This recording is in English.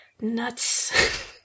nuts